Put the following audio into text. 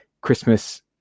Christmas